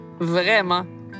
vraiment